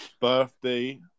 Birthday